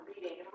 reading